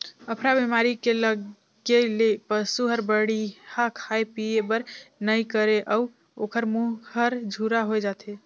अफरा बेमारी के लगे ले पसू हर बड़िहा खाए पिए बर नइ करे अउ ओखर मूंह हर झूरा होय जाथे